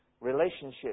Relationships